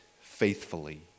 Faithfully